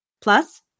Plus